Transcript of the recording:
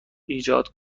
ایجاد